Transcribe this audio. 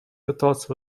пытался